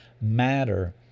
matter